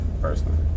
personally